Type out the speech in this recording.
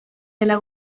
dela